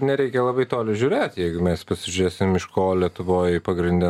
nereikia labai toli žiūrėt jeigu mes pasižiūrėsim iš ko lietuvoj pagrinde